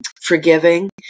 forgiving